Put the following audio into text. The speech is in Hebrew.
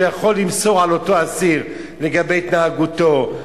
יכול למסור על אותו אסיר לגבי התנהגותו,